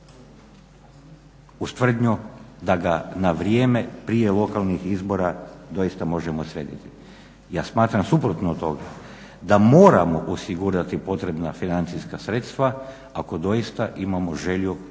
uz tvrdnju da ga na vrijeme prije lokalnih izbora doista možemo srediti. Ja smatram suprotno od toga, da moramo osigurati potrebna financijska sredstva ako doista imamo želju provesti